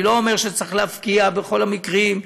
אני לא אומר שצריך להפקיע בכל המקרים,